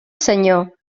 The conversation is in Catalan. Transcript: senyor